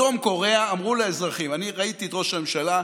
בדרום קוריאה אמרו לאזרחים, ראיתי את ראש הממשלה.